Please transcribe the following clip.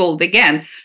again